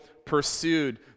pursued